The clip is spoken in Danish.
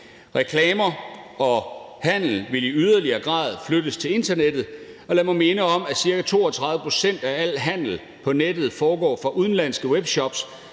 Reklamer og handel vil i højere grad flyttes til internettet, og lad mig minde om, at ca. 32 pct. af al handel på nettet foregår på udenlandske webshops,